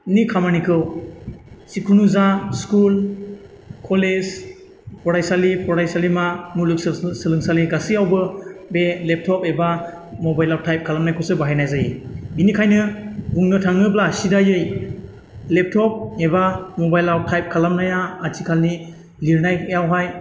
नि खामानिखौ जेखुनु जा स्कुल कलेज फरायसालि फरायसालिमा मुलुग सोलोंसालि गासैआवबो बे लेबटप एबा मबाइलाव टाइप खालामानायखौसो बाहायनाय जायो बेनिखायनो बुंनो थाङोब्ला सिदायै लेबटप एबा मबाइलाव मबाइलाव टाइप खालामनाया आथिखालनि लिरनायावहाय